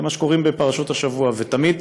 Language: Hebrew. מה שקוראים בפרשות השבוע, ותמיד